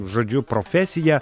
žodžiu profesiją